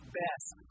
best